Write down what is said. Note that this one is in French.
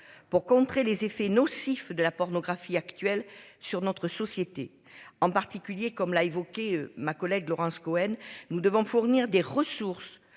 pour contrer les effets nocifs de la pornographie actuelle sur notre société, en particulier, comme l'a évoqué, ma collègue Laurence Cohen nous devons fournir des ressources